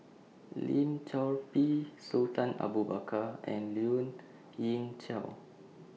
Lim Chor Pee Sultan Abu Bakar and Lien Ying Chow